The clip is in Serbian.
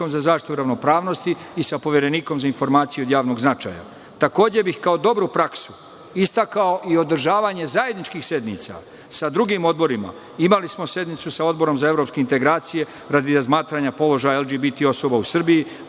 za zaštitu ravnopravnosti i sa Poverenikom za informacije od javnog značaja. Takođe bih kao dobru praksu istakao i održavanje zajedničkih sednica sa drugim odborima. Imali smo sednicu sa Odbor za evropske integracije radi razmatranja položaja LGBT osoba u Srbiji,